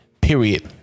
Period